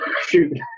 Shoot